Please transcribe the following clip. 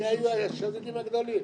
אלה היו השודדים הגדולים.